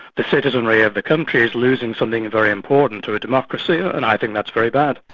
the citizenry of the country is losing something very important to a democracy and i think that's very bad.